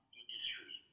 industry